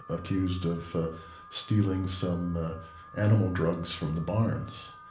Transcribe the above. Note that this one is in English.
accused of stealing some animal drugs from the barns.